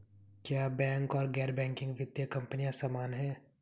क्या बैंक और गैर बैंकिंग वित्तीय कंपनियां समान हैं?